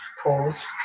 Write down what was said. pause